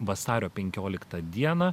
vasario penkioliktą dieną